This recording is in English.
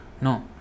No